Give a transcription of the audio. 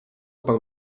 pan